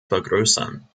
vergrößern